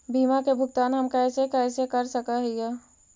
बीमा के भुगतान हम कैसे कैसे कर सक हिय?